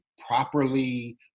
properly